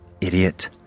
idiot